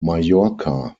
majorca